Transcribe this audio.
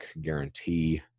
guarantee